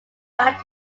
back